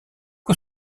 que